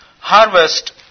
Harvest